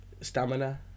stamina